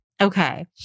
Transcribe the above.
Okay